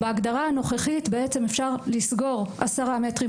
בהגדרה הנוכחית אפשר לסגור 10 מטרים